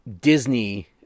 Disney